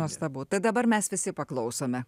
nuostabu tai dabar mes visi paklausome